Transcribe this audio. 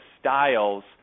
styles